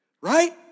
Right